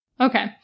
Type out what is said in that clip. Okay